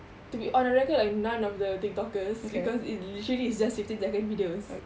to be on a record like none of the TikTokers because it literally it's just fifteen second videos